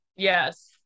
yes